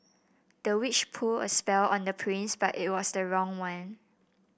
the witch pull a spell on the prince but it was the wrong one